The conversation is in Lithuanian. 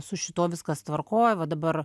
su šituo viskas tvarkoj va dabar